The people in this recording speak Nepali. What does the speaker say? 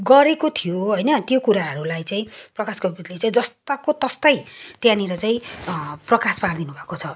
गरेको थियो होइन त्यो कुराहरूलाई चाहिँ प्रकाश कोविदले जस्ताको तस्तै त्यहाँनिर चाहिँ प्रकाश पारिदिनुभएको छ